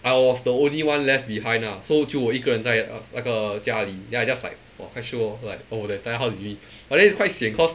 I was the only one left behind ah so 就我一个人在那个家里 then I just like !wah! quite shiok orh like oh that time how to eat but then it's quite sian cause